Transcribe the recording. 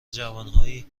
جوانهایی